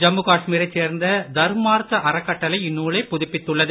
ஜம்மு காஷ்மீரை சேர்ந்த தர்மார்த்த அறக்கட்டளை இந்நூலை பதிப்பித்துள்ளது